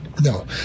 No